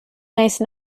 nice